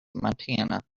montana